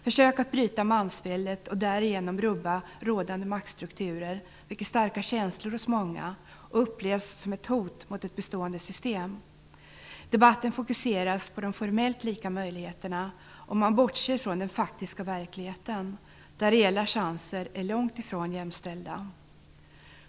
Försök att bryta mansväldet, och därigenom rubba rådande maktstrukturer, väcker starka känslor hos många och upplevs som ett hot mot ett bestående system. Debatten fokuseras på de formellt lika möjligheterna, och man bortser från den faktiska verkligheten där reella chanser är långt ifrån jämställda.